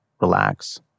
relax